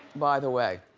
by the way,